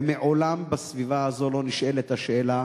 ומעולם בסביבה הזאת לא נשאלת השאלה